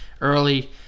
early